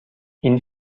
این